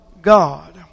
God